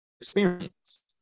Experience